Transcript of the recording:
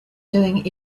doing